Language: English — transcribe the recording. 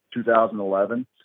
2011